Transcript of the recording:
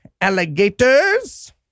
Alligators